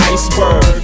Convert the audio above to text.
Iceberg